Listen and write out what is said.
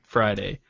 Friday